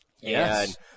Yes